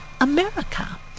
America